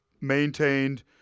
maintained